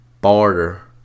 barter